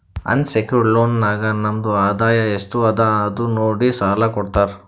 unsecured loan ನಾಗ್ ನಮ್ದು ಆದಾಯ ಎಸ್ಟ್ ಅದ ಅದು ನೋಡಿ ಸಾಲಾ ಕೊಡ್ತಾರ್